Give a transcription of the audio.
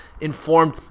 informed